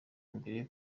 mbere